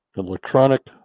Electronic